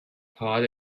pod